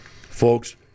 Folks